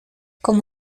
como